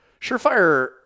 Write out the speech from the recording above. Surefire